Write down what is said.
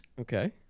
okay